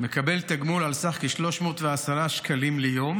מקבל תגמול על סך כ-310 שקלים ליום.